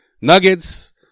Nuggets